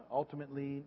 ultimately